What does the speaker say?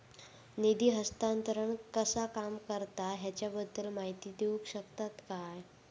निधी हस्तांतरण कसा काम करता ह्याच्या बद्दल माहिती दिउक शकतात काय?